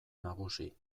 nagusi